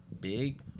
big